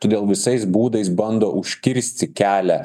todėl visais būdais bando užkirsti kelią